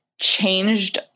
changed